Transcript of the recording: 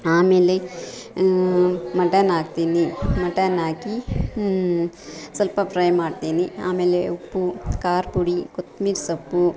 ಆಮೇಲೆ ಮಟನ್ ಹಾಕ್ತೀನಿ ಮಟನ್ ಹಾಕಿ ಸ್ವಲ್ಪ ಫ್ರೈ ಮಾಡ್ತೀನಿ ಆಮೇಲೆ ಉಪ್ಪು ಖಾರದ ಪುಡಿ ಕೊತ್ತಂಬರಿ ಸೊಪ್ಪು